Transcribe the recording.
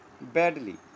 badly